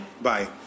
Bye